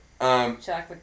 Chocolate